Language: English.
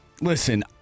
Listen